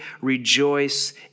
rejoice